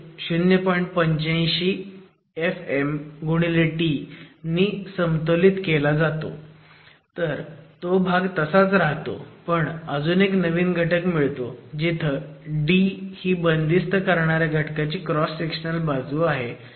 85fm t नी समतोलीत केला जातो तर तो भाग तसाच राहतो पण अजून एक नवीन घटक मिळतो जिथं d ही बंदिस्त करणाऱ्या घटकाची क्रॉस सेक्शनल बाजू आहे